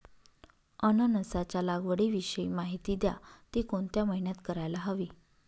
अननसाच्या लागवडीविषयी माहिती द्या, ति कोणत्या महिन्यात करायला हवी?